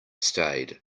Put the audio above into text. stayed